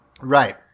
Right